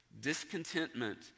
Discontentment